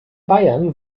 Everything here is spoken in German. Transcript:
bayern